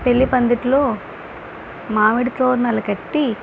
పెళ్ళి పందిట్లో మామిడి తోరణాలు కట్టి